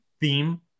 theme